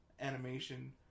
animation